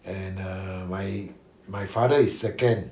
and err my my father is second